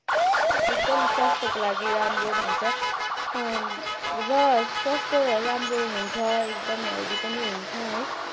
एकदम स्वास्थ्यको लागि राम्रो भन्छन् र स्वास्थ्य राम्रो हुन्छ एकदम हेल्दी पनि हुन्छ है